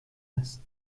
است